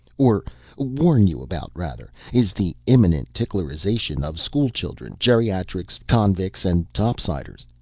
or warn you about, rather is the imminent ticklerization of schoolchildren, geriatrics, convicts and topsiders.